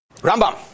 Rambam